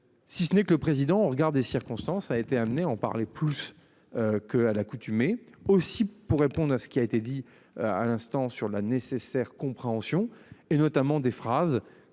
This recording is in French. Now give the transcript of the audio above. Si ce n'est que le président au regard des circonstances a été amené en parler plus. Que à l'accoutumée aussi pour répondre à ce qui a été dit à l'instant sur la nécessaire compréhension et notamment des phrases